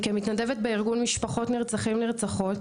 כמתנדבת בארגון משפחות נרצחים נרצחות,